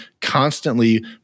constantly